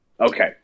Okay